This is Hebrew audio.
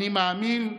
אני מאמין,